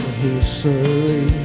history